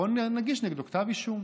בוא נגיש נגדו כתב אישום,